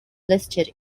listed